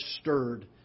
stirred